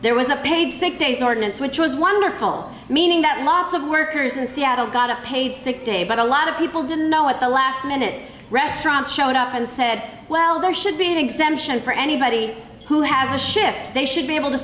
there was a paid sick days ordinance which was wonderful meaning that lots of workers in seattle got a paid sick day but a lot of people didn't know at the last minute restaurants showed up and said well there should be an exemption for anybody who has a shift they should be able to